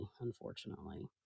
unfortunately